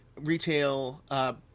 retail